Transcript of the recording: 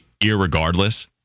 irregardless